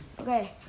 Okay